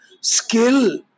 skill